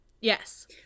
Yes